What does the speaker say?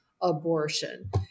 abortion